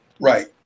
Right